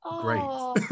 great